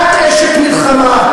אשת מלחמה.